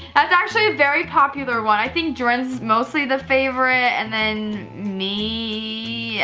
that's actually a very popular one. i think jordan's mostly the favorite and then me.